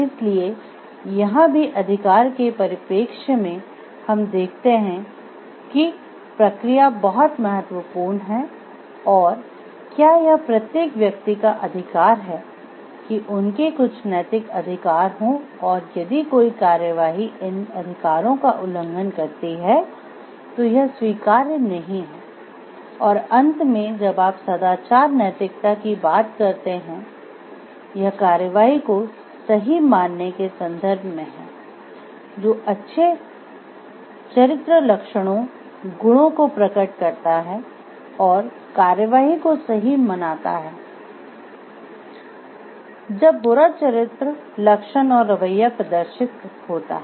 इसलिएयहां भी अधिकार के परिप्रेक्ष्य में हम देखते हैं कि प्रक्रिया बहुत महत्वपूर्ण है और क्या यह प्रत्येक व्यक्ति का अधिकार है कि उनके कुछ नैतिक अधिकार हों और यदि कोई कार्यवाही इन अधिकारों का उल्लंघन करती है तो यह स्वीकार्य नहीं है और अंत में जब आप सदाचार नैतिकता की बात करते हैं यह कार्यवाही को सही मानने के सन्दर्भ में है जो अच्छे चरित्र लक्षणों गुणों को प्रकट करता है और कार्यवाही को सही मनाता है जब बुरा चरित्र लक्षण और रवैया प्रदर्शित होता हैं